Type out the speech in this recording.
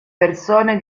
persone